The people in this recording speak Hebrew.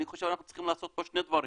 אני חושב שאנחנו צריכים לעשות פה שני דברים.